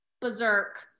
berserk